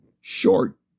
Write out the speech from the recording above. short